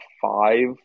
five